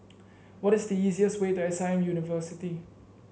what is the easiest way to S I M University